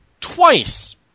Twice